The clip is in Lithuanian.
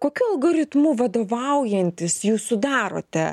kokiu algoritmu vadovaujantis jūs sudarote